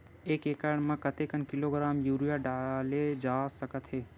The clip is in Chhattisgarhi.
एक एकड़ म कतेक किलोग्राम यूरिया डाले जा सकत हे?